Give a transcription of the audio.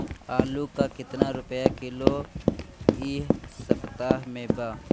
आलू का कितना रुपया किलो इह सपतह में बा?